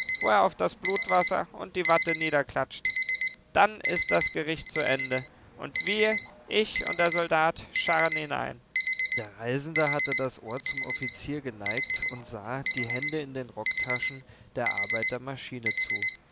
wo er auf das blutwasser und die watte niederklatscht dann ist das gericht zu ende und wir ich und der soldat scharren ihn ein der reisende hatte das ohr zum offizier geneigt und sah die hände in den rocktaschen der arbeit der maschine zu